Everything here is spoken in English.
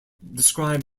described